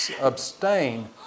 abstain